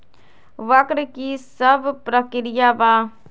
वक्र कि शव प्रकिया वा?